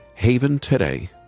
haventoday